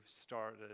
started